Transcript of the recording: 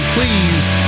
Please